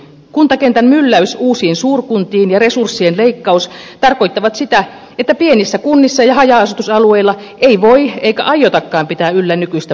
kuntakentän mylläys uusiin suurkuntiin ja resurssien leikkaus tarkoittavat sitä että pienissä kunnissa ja haja asutusalueilla ei voi eikä aiotakaan pitää yllä nykyistä palveluverkkoa